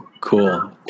Cool